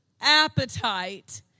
appetite